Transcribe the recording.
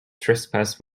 trespass